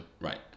Right